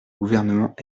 gouvernement